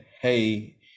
hey